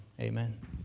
Amen